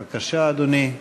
בבקשה, אדוני.